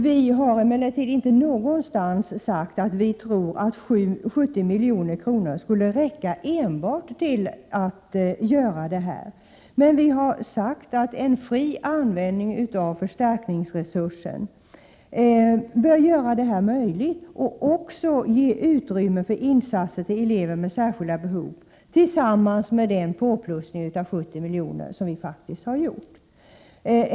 Vi har emellertid inte någonstans sagt att vi tror att enbart 70 milj.kr. skulle räcka för att åstadkomma detta. Däremot har vi sagt att en fri användning av förstärkningsresursen, tillsammans med den påplussning av 70 miljoner som vi faktiskt har föreslagit, bör göra detta möjligt och även bör ge utrymme för insatser för elever med särskilda behov.